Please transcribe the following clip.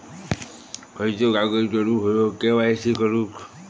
खयचो कागद जोडुक होयो के.वाय.सी करूक?